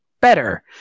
better